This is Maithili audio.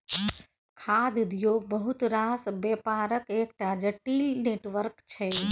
खाद्य उद्योग बहुत रास बेपारक एकटा जटिल नेटवर्क छै